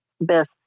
best